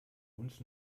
uns